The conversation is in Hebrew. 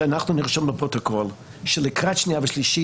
שנרשום בפרוטוקול שלקראת שנייה ושלישית